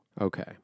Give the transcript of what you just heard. Okay